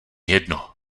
jedno